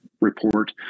report